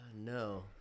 No